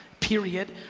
period.